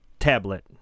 tablet